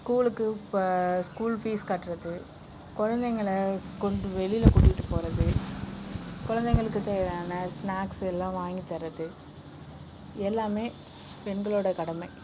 ஸ்கூலுக்கு இப்போ school fees கட்டுறது குழந்தைங்கள கொண்டு வெளியில் கூட்டிகிட்டு போகறது குழந்தைங்களுக்குத் தேவையான ஸ்நாக்ஸ் எல்லா வாங்கித் தரது எல்லாமே பெண்களோட கடமை